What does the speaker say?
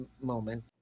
moment